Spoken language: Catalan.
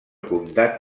comtat